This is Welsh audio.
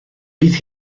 bydd